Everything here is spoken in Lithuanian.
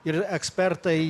ir ekspertai